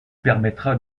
permettra